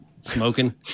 smoking